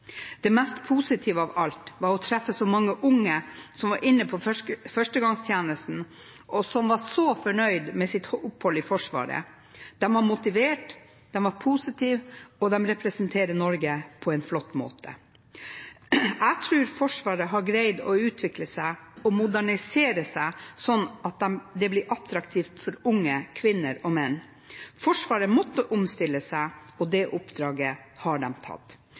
Det mest positive av alt var å treffe så mange unge som var inne til førstegangstjeneste, og som var så fornøyde med sitt opphold i Forsvaret. De var motiverte, positive og representerer Norge på en flott måte. Jeg tror Forsvaret har greid å utvikle og modernisere seg, sånn at det har blitt attraktivt for unge kvinner og menn. Forsvaret måtte omstille seg, og det oppdraget har de tatt.